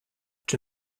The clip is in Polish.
czy